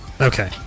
okay